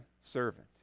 servant